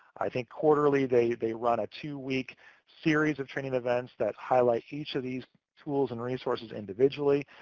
i think quarterly they they run two-week series of training events that highlight each of these tools and resources individually,